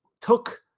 took